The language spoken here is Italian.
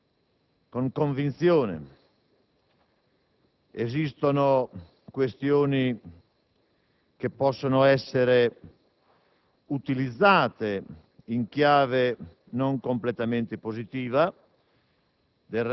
con convinzione. Esistono questioni che possono essere utilizzate in chiave non completamente positiva.